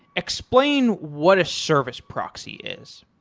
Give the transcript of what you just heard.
explain what a service proxy is.